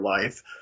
life